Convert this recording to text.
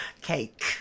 Cake